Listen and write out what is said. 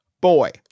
Boy